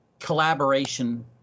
collaboration